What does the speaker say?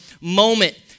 moment